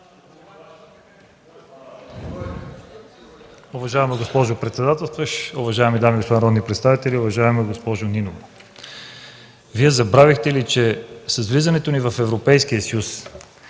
Уважаема госпожо председателстваща, уважаеми дами и господа народни представители! Уважаема госпожо Нинова, Вие забравихте ли, че с влизането ни в Европейския